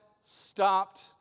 stopped